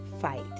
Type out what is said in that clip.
fight